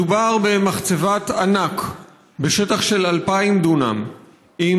מדובר במחצבת ענק בשטח של 2,000 דונם עם